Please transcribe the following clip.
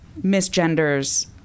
misgenders